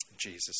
Jesus